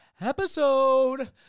episode